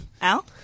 Al